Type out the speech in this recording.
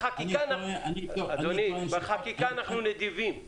אדוני, בחקיקה אנחנו נדיבים.